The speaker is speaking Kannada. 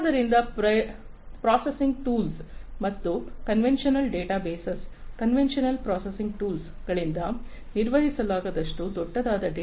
ಆದ್ದರಿಂದ ಪ್ರಾಸೆಸಿಂಗ್ ಟೂಲ್ಸ್ ಮತ್ತು conventional database conventional processing tools ಗಳಿಂದ ನಿರ್ವಹಿಸಲಾಗದಷ್ಟು ದೊಡ್ಡದಾದ ಡೇಟಾ